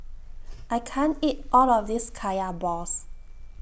I can't eat All of This Kaya Balls